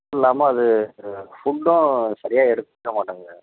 அதில்லாமல் அது அது ஃபுட்டும் சரியாக எடுத்துக்க மாட்டேங்குது